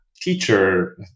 teacher